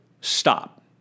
stop